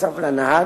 נוסף על הנהג,